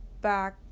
back